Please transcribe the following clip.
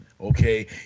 okay